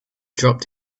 dropped